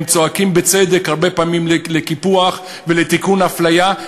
הם צועקים בצדק הרבה פעמים על קיפוח ולתיקון אפליה,